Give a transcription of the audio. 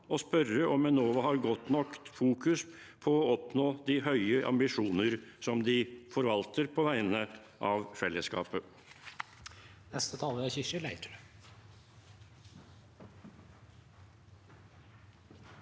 å spørre om Enova har godt nok fokus på å oppnå de høye ambisjoner som de forvalter på vegne av fellesskapet.